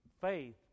Faith